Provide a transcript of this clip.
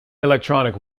electronic